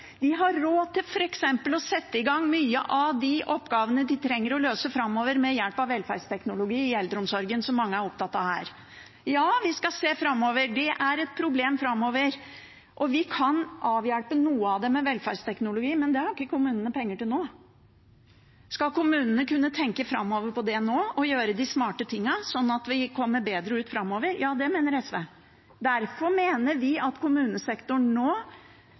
De har råd til f.eks. å sette i gang mange av de oppgavene de trenger å løse framover med hjelp av velferdsteknologi i eldreomsorgen, som mange er opptatt av her. Ja, vi skal se framover, og det er et problem framover. Vi kan avhjelpe noe av det med velferdsteknologi, men det har ikke kommunene penger til nå. Skal kommunene kunne tenke framover nå og gjøre de smarte tingene, sånn at vi kommer bedre ut framover? Ja, det mener SV. Derfor mener vi at midlene til kommunesektoren nå